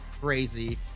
crazy